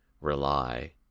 rely